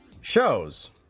Shows